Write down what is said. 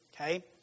okay